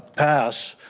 pass,